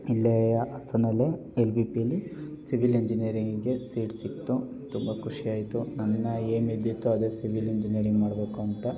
ಇಲ್ಲೇ ಹಾಸನಲ್ಲೆ L V ಪಿಯಲ್ಲಿ ಸಿವಿಲ್ ಎಂಜಿನಿಯರಿಂಗಿಗೆ ಸೀಟ್ ಸಿಗ್ತು ತುಂಬ ಖುಷಿಯಾಯಿತು ನನ್ನ ಏಮ್ ಇದ್ದಿತ್ತು ಅದೇ ಸಿವಿಲ್ ಇಂಜಿನಿಯರಿಂಗ್ ಮಾಡಬೇಕು ಅಂತ